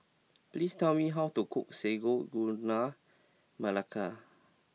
please tell me how to cook Sago Gula Melaka